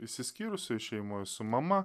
išsiskyrusioj šeimoj su mama